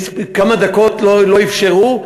כמה דקות לא אפשרו,